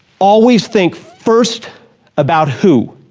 always think first about who